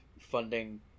funding